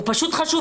הוא פשוט חשוב,